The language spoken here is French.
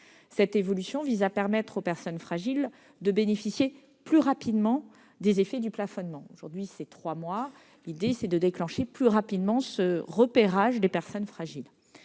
Cette évolution vise à permettre aux personnes fragiles de bénéficier plus rapidement des effets du plafonnement, qui intervient aujourd'hui après trois mois. L'idée est de déclencher plus précocement ce repérage des personnes fragiles.